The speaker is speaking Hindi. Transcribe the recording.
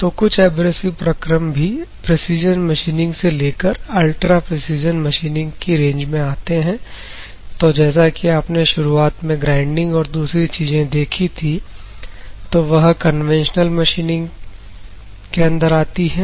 तो कुछ एब्रेसिव प्रक्रम भी प्रेसीजन मशीनिंग से लेकर अल्ट्रा प्रेसीजन मशीनिंग की रेंज में आते हैं तो जैसा कि आपने शुरुआत में ग्राइंडिंग और दूसरी चीजें देखी थी तो वह कन्वेंशनल मशीनिंग के अंदर आती है